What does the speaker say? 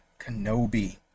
kenobi